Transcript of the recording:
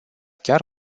chiar